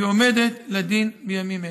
והיא עומדת לדין בימים אלה.